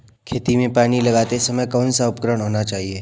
खेतों में पानी लगाते समय कौन सा उपकरण होना चाहिए?